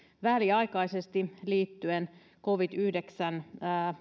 väliaikaisesti liittyen covid yhdeksäntoista